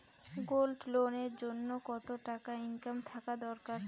Gold loan এর জইন্যে কতো টাকা ইনকাম থাকা দরকার?